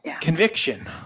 conviction